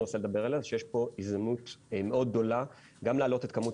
רוצה לדבר עליה היא שיש פה הזדמנות מאוד גדולה גם להעלות את כמות